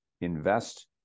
invest